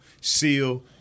seal